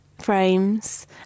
frames